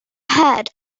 head